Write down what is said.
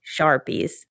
Sharpies